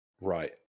Right